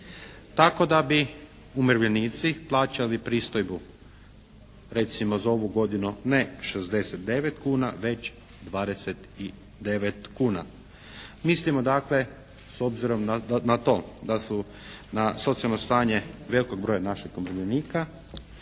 tako da bi umirovljenici plaćali pristojbu recimo za ovu godinu ne 69 kuna već 29 kuna. Mislimo dakle s obzirom na to da su na socijalno stanje velikog broja naših umirovljenika